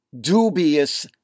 dubious